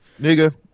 nigga